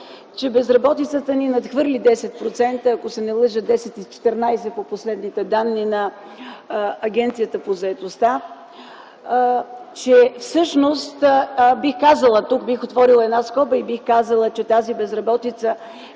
че безработицата ни надхвърли 10%, ако не се лъжа е 10,14% по последните данни на Агенцията по заетостта; че всъщност, бих казала тук, като отворя една скоба, че тази безработица